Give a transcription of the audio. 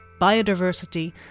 biodiversity